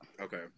Okay